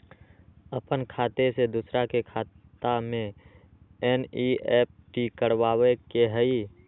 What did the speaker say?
अपन खाते से दूसरा के खाता में एन.ई.एफ.टी करवावे के हई?